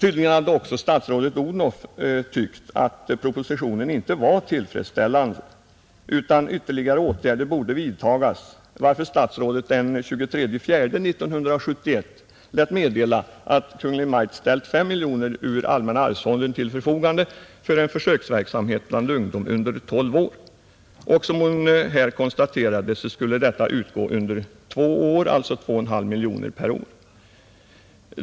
Tydligen hade statsrådet Odhnoff också tyckt att propositionen inte var tillfredsställande utan att ytterligare åtgärder borde vidtagas, varför statsrådet Odhnoff den 23 april 1971 lät meddela att Kungl. Maj:t ställt 5 miljoner kronor ur allmänna arvsfonden till förfogande för en försöksverksamhet bland ungdom under 12 år. Som hon här konstaterade skulle detta belopp utgå under två år, dvs. 2,5 miljoner kronor per år.